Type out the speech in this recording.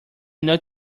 note